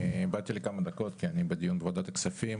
באתי לכמה דקות כי אני משתתף בדיון בוועדת הכספים.